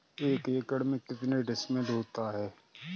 एक एकड़ में कितने डिसमिल होता है?